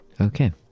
Okay